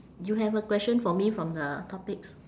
you have a question for me from the topics